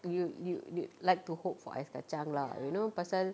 you you you like to hope for ice kacang lah you know pasal